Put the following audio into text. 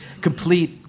complete